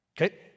Okay